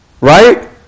right